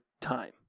time